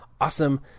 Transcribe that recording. awesome